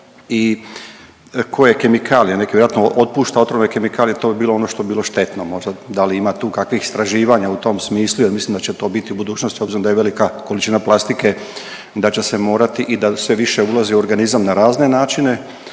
i koje kemikalije? Neke vjerojatno otpušta otrovne kemikalije, to bi bilo ono što bi bilo štetno. Možda da li ima tu kakvih istraživanja u tom smislu jer mislim da će to biti u budućnosti obzirom da je velika količina plastike da će se morati i da sve više ulazi u organizam na razne načine,